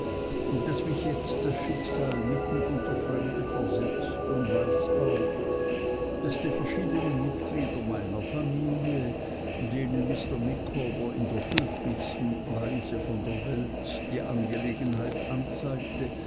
daß mich jetzt das schicksal mitten unter fremde versetzt und weiß auch daß die verschiedenen mitglieder meiner familie denen mr micawber in der höflichsten weise von der welt die angelegenheit anzeigte